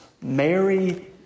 Mary